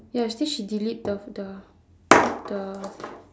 ya I think she delete the the the